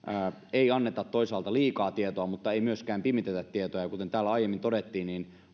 ei anneta toisaalta liikaa tietoa mutta ei myöskään pimitetä tietoa ja kuten täällä aiemmin todettiin niin